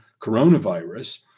coronavirus